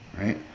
right